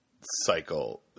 cycle